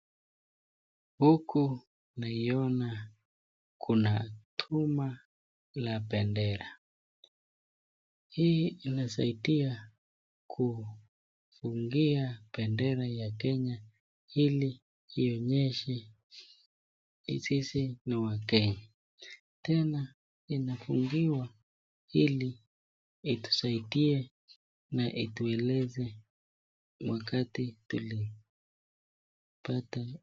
Huku naiona kuna chuma la bendera hii inasaidia kufungia bendera ya kenya ili ionyeshe sisi ni wa kenya tena inafungiwa ili itusaidie na itueleze wakati tulipata uhuru.